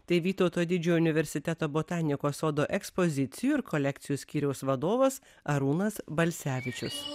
tai vytauto didžiojo universiteto botanikos sodo ekspozicijų ir kolekcijų skyriaus vadovas arūnas balsevičius